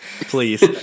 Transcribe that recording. Please